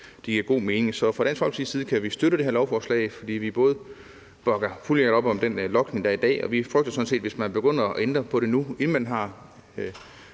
giver god mening. Så fra Dansk Folkepartis side kan vi støtte det her lovforslag, både fordi vi bakker fuldt og helt op om den logning, der foregår i dag, og fordi vi sådan set frygter, at man, hvis man begynder at ændre på det nu, inden der er